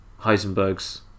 Heisenberg's